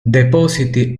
depositi